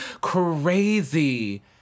crazy